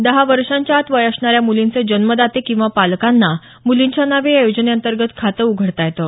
दहा वर्षांच्या आत वय असणाऱ्या मुलींचे जन्मदाते किंवा पालकांना मूलींच्या नावे या योजने अंतर्गत खातं उघडता येतं